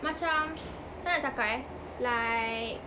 macam macam mana nak cakap eh like